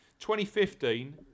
2015